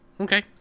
Okay